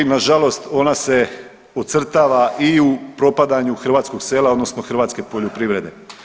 Na žalost ona se ocrtava i u propadanju hrvatskog sela, odnosno hrvatske poljoprivrede.